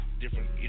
different